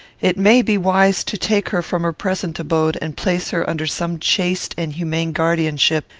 it may be wise to take her from her present abode, and place her under some chaste and humane guardianship,